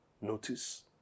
notice